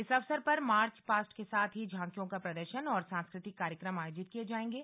इस अवसर पर मार्च पास्ट के साथ ही झांकियों का प्रदर्शन और सांस्कृतिक कार्यक्रम आयोजित किये जाएंगे